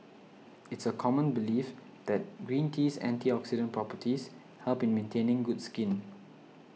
it's a common belief that green tea's antioxidant properties help in maintaining good skin